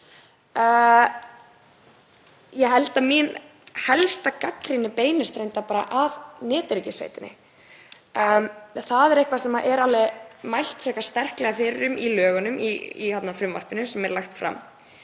Ég held að mín helsta gagnrýni beinist reyndar að netöryggissveitinni. Það er eitthvað sem er mælt frekar sterklega fyrir um í frumvarpinu sem er lagt fram.